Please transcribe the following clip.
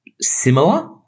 similar